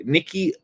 Nikki